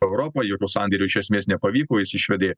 europa jokio sandėrio iš esmės nepavyko jis išvedė